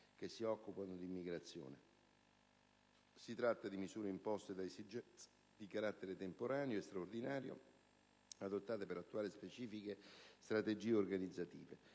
Si tratta di misure imposte da esigenze di carattere temporaneo e straordinario, adottate per attuare specifiche strategie organizzative.